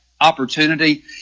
opportunity